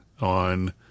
on